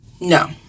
No